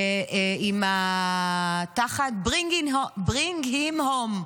תחת: Bring him home.